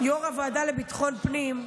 יו"ר הוועדה לביטחון פנים,